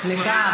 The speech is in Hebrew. סליחה,